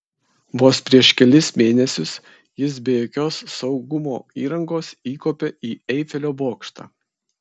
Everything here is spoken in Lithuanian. vos prieš kelis mėnesius jis be jokios saugumo įrangos įkopė į eifelio bokštą